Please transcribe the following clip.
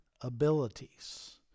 abilities